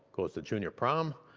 goes to junior prom,